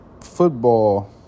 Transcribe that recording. football